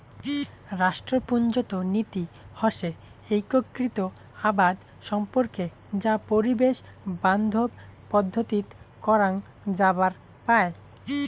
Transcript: রাষ্ট্রপুঞ্জত নীতি হসে ঐক্যিকৃত আবাদ সম্পর্কে যা পরিবেশ বান্ধব পদ্ধতিত করাং যাবার পায়